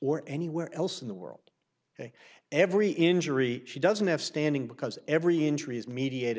or anywhere else in the world every injury she doesn't have standing because every injury is media